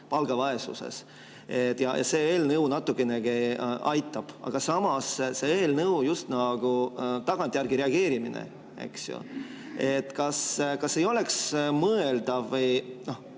palgavaesuses. See eelnõu natukenegi aitab, aga samas see eelnõu on just nagu tagantjärgi reageerimine, eks ole. Kas ei oleks mõeldav